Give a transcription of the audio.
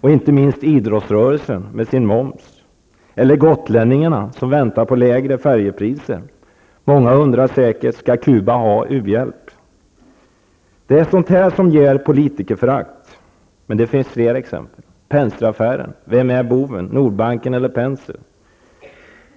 och inte minst idrottsrörelsen med sin moms. Likaså väntar gotlänningarna på lägre färjepriser. Många undrar säkert: Skall Cuba ha u-hjälp? Det är sådant här som skapar politikerförakt, men det finns flera exempel: Penseraffären. Vem är boven: Nordbanken eller Penser?